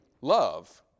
love